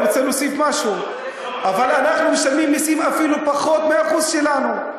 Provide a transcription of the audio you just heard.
אני רוצה להוסיף משהו: אנחנו משלמים מסים אפילו פחות מהאחוז שלנו.